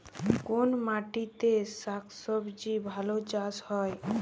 কোন মাটিতে শাকসবজী ভালো চাষ হয়?